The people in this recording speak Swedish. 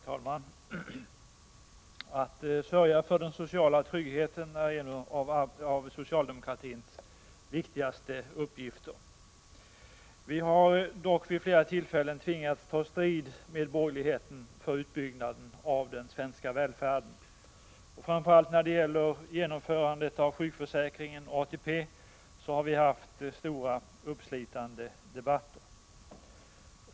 Herr talman! Att sörja för den sociala tryggheten är en av socialdemokratins viktigaste uppgifter. Vi har dock vid flera tillfällen tvingats ta strid med borgerligheten för utbyggnaden av den svenska välfärden. Framför allt när det gällt genomförandet av sjukförsäkringen och ATP har vi haft stora uppslitande debatter.